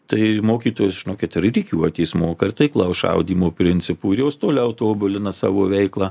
tai mokytojos žinokit ir rikiuotės moka ir taiklaus šaudymo principų ir jos toliau tobulina savo veiklą